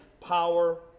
power